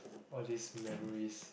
all these memories